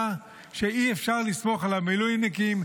שאי-אפשר לסמוך על המילואימניקים,